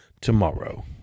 tomorrow